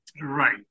Right